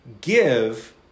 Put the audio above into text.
Give